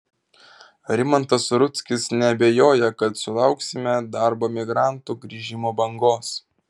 rimantas rudzkis neabejoja kad sulauksime darbo migrantų grįžimo bangos